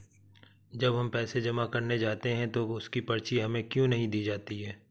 जब हम पैसे जमा करने जाते हैं तो उसकी पर्ची हमें क्यो नहीं दी जाती है?